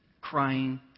crying